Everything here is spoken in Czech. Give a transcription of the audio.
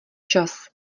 čas